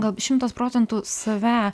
gal šimtas procentų save